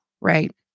Right